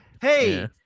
hey